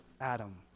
Adam